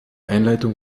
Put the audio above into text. einleitung